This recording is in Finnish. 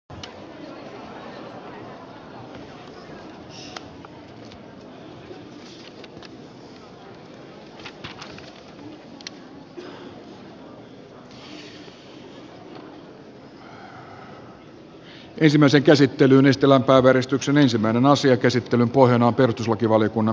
ensimmäisen käsittelyn estela klaveristyksen ensimmäinen asia käsittelyn pohjana on perustuslakivaliokunnan mietintö